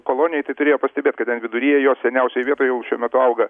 kolonijoj tai turėjo pastebėt kad ten viduryje jo seniausiai vietoj jau šiuo metu auga